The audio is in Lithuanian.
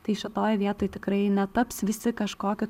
tai šitoj vietoj tikrai netaps visi kažkokiu